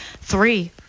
three